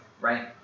right